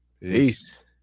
Peace